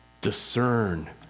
Discern